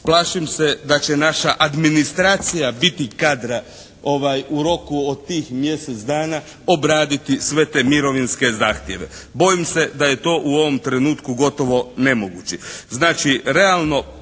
plašim se da će naša administracija biti kadra u roku od tih mjesec dana obraditi sve te mirovinske zahtjeve. Bojim se da je to u ovom trenutku gotovo nemoguće.